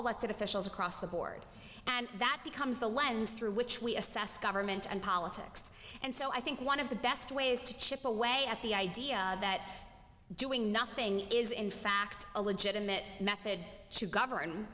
in officials across the board and that becomes the lens through which we assess government and politics and so i think one of the best ways to chip away at the idea that doing nothing is in fact a legitimate method to govern